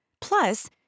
Plus